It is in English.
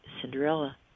Cinderella